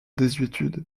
désuétude